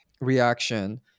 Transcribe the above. reaction